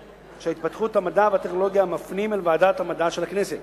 להתפתחות המדע והטכנולוגיה מופנים אל ועדת המדע של הכנסת.